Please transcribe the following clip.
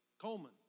Coleman